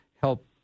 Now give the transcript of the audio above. help